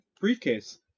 briefcase